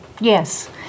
Yes